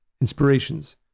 inspirations